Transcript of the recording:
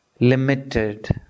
limited